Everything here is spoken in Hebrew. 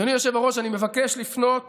אדוני היושב-ראש, אני מבקש לפנות